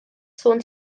sŵn